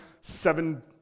Seven